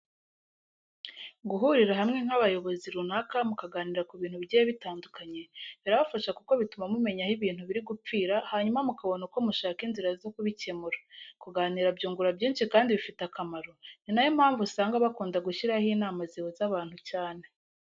Guhurira hamwe nk'abayobozi runaka mukaganira ku bintu bigiye bitandukanye, birafasha kuko bituma mumenya aho ibintu biri gupfira hanyuma mukabona uko mushaka inzira zo kubikemura. Kuganira byungura byinshi kandi bifite akamaro, ni na yo mpamvu usanga bakunda gushyiraho inama zihuza abantu cyane.